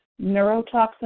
neurotoxin